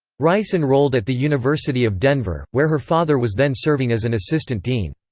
rice enrolled at the university of denver, where her father was then serving as an assistant dean.